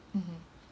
mmhmm